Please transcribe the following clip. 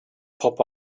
pop